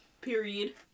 period